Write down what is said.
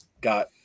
got